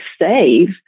save